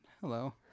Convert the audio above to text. hello